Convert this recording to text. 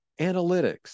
analytics